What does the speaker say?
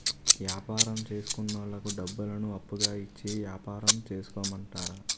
యాపారం చేసుకున్నోళ్లకు డబ్బులను అప్పుగా ఇచ్చి యాపారం చేసుకోమంటారు